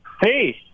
Hey